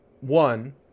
one